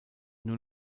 nur